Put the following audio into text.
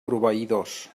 proveïdors